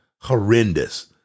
horrendous